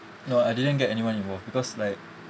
no I didn't get anyone involve because like